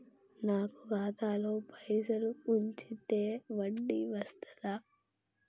నాకు ఖాతాలో పైసలు ఉంచితే వడ్డీ వస్తదా?